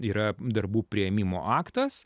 yra darbų priėmimo aktas